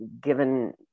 given